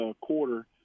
quarter